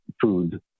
food